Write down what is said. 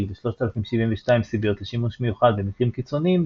ו-3072 סיביות לשימוש מיוחד במקרים קיצוניים,